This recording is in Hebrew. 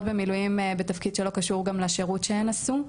במילואים בתפקיד שלא קשור גם לשירות שהן עשו,